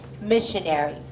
missionary